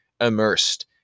immersed